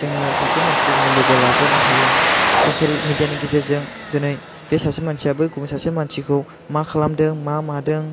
जोङो सासे मानसिखौ जाेङाे लोगो लाज्लायनो हायो ससियेल मिडियानि गेजेरजों दिनै बे सासे मानसिया बै गुबुन सासे मानसिखौ मा खालामदों मा मादों